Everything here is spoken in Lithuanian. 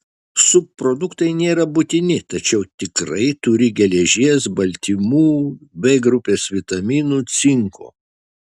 subproduktai nėra būtini tačiau tikrai turi geležies baltymų b grupės vitaminų cinko